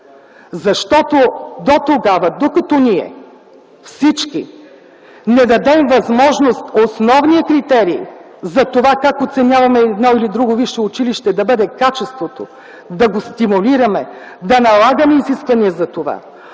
водена дискусия. Всички ние трябва да дадем възможност основният критерий за това как оценяваме едно или друго висше училище да бъде качеството, да го стимулираме, да налагаме изисквания за това,